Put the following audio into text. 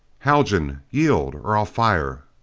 haljan! yield or i'll fire!